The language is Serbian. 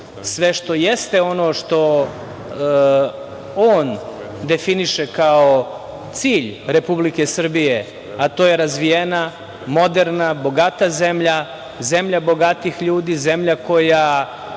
sve što jeste ono što on definiše kao cilj Republike Srbije, a to je razvijena, moderna, bogata zemlja, zemlja bogatih ljudi, zemlja koja